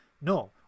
no